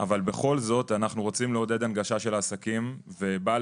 אבל בכל זאת אנחנו רוצים לעודד הנגשה של העסקים ובעל